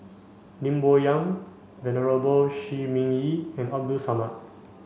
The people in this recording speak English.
Lim Bo Yam Venerable Shi Ming Yi and Abdul Samad